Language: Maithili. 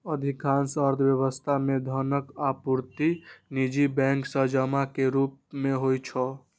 अधिकांश अर्थव्यवस्था मे धनक आपूर्ति निजी बैंक सं जमा के रूप मे होइ छै